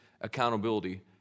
accountability